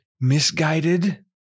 misguided